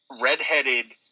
redheaded